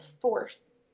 force